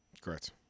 Correct